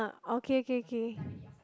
okay K K K